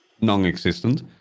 non-existent